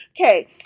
Okay